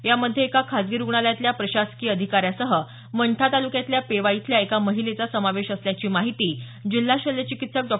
यामध्ये एका खासगी रुग्णालयातल्या प्रशासकीय अधिकाऱ्यासह मंठा तालुक्यातल्या पेवा इथल्या एका महिलेचा समावेश असल्याची माहिती जिल्हा शल्यचिकित्सक डॉ